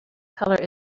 colour